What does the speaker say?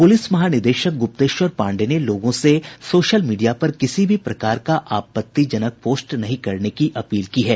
police महानिदेशक गुप्तेश्वर पांडेय ने लोगों से सोशल मीडिया पर किसी प्रकार का आपत्तिजनक पोस्ट नहीं करने की अपील की है